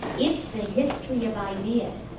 it's the history of ideas.